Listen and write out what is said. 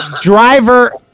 Driver